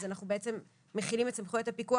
אז אנחנו בעצם מחילים את סמכויות הפיקוח